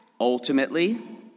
Ultimately